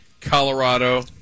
Colorado